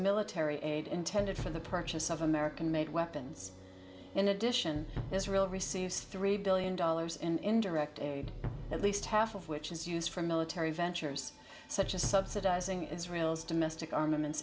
military aid intended for the purchase of american made weapons in addition israel receives three billion dollars in indirect aid at least half of which is used for military ventures such as subsidizing israel's domestic armaments